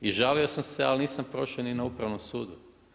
I žalio sam se ali nisam prošao ni na upravnom sudu.